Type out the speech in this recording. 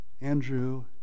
Andrew